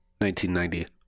1990